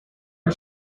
did